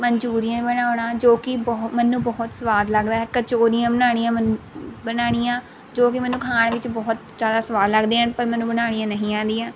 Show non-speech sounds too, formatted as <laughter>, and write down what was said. Manchurian ਬਣਾਉਣਾ ਜੋ ਕਿ <unintelligible> ਮੈਨੂੰ ਬਹੁਤ ਸਵਾਦ ਲੱਗਦਾ ਹੈ ਕਚੌਰੀਆਂ ਬਣਾਉਣੀਆਂ <unintelligible> ਬਣਾਉਣੀਆਂ ਜੋ ਕਿ ਮੈਨੂੰ ਖਾਣ ਵਿੱਚ ਬਹੁਤ ਜ਼ਿਆਦਾ ਸਵਾਦ ਲੱਗਦੀਆਂ ਹਨ ਪਰ ਮੈਨੂੰ ਬਣਾਉਣੀਆਂ ਨਹੀਂ ਆਉਂਦੀਆਂ